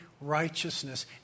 righteousness